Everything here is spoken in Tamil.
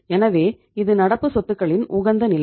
எனவே இது நடப்பு சொத்துகளின் உகந்த நிலை